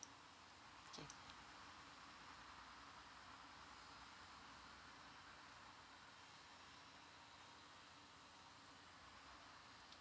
okay